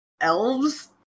elves